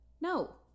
No